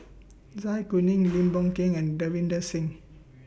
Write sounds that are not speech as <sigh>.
<noise> Zai Kuning <noise> Lim Boon Keng and Davinder Singh